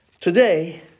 Today